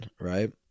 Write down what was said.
right